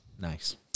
Nice